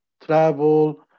travel